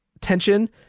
tension